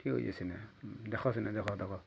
ଠିକ୍ ଅଛି ସିନେ ଦେଖ ସିନେ ଦେଖ ଦେଖ